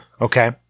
Okay